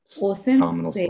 awesome